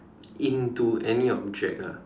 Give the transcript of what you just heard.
into any object ah